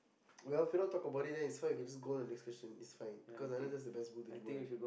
well if you don't want talk about it then it's fine you can just go the next question it's fine cause I don't know that the best would you want